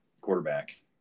quarterback